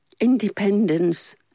independence